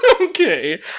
Okay